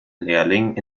lehrling